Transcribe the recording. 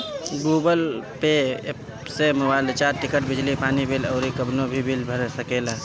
Google Pay app से mobile recharge, ticket, बिजली पानी के बिल अउरी कवनो भी बिल भर सकेला